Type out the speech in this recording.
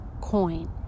coin